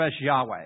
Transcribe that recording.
Yahweh